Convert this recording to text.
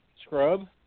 scrub